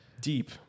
deep